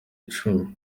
icumi